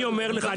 אני אומר לך,